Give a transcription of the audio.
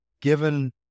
given